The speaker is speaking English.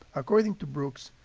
according to brooks,